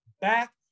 back